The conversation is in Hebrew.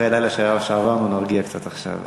אחרי הלילה שעבר, נרגיע קצת עכשיו.